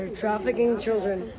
um trafficking children.